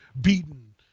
beaten